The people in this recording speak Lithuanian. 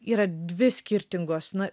yra dvi skirtingos na